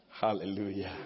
Hallelujah